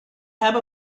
have